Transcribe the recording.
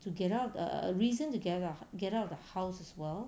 to get out err reason to get get out of the house as well